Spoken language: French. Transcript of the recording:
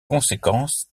conséquences